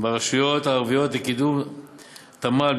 ברשויות ערביות וקידום ותמ"ל,